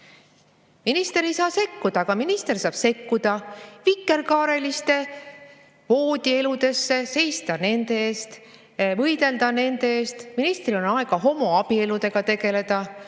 Minister ei saa sekkuda, aga minister saab sekkuda vikerkaareliste voodielusse, seista nende eest, võidelda nende eest, ministril on aega tegeleda homoabieludega, tegelda